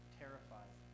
terrified